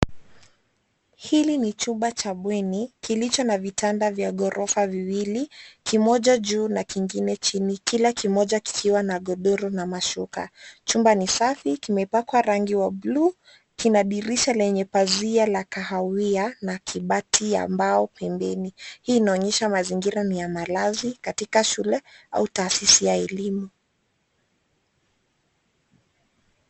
Hili ni chumba cha bweni kilicho na vitanda vya gorofa viwili, kimoja juu na kingine chini, kila kimoja kikiwa na godoro na mashuka. Chumba ni safi, kimepakwa rangi wa bluu, kina dirisha lenye pazia la kahawia na kibati ya mbao pendeni. Hii inaonyesho mazingira ni ya malazi, katika shule au taasisi ya ilimu.